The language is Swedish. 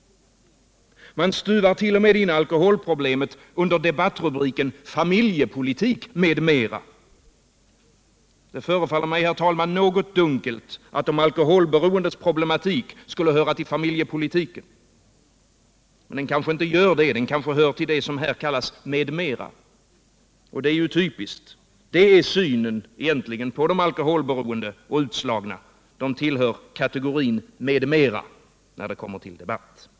Man stuvar t.o.m. in alkoholproblemet under debattrubriken Familjepolitik m.m. Det förefaller mig, herr talman, något dunkelt att de alkoholberoendes problematik skulle höra till familjepolitiken. Men den kanske inte gör det. Den kanske hör till det som här kallas ”m.m.”. Det är typiskt. Det är synen på de alkoholberoende och utslagna: de tillhör kategorin ”m.m.”, när det kommer till debatt.